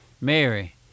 Mary